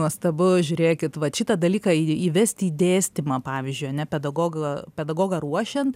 nuostabu žiūrėkit vat šitą dalyką į įvesti į dėstymą pavyzdžiui ane pedagogo pedagogą ruošiant